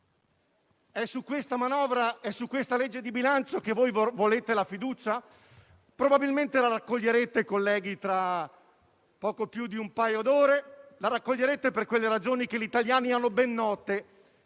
È su questa legge di bilancio che voi volete la fiducia? Probabilmente la raccoglierete, colleghi, tra poco più di un paio d'ore. La raccoglierete per quelle ragioni che gli italiani hanno ben note,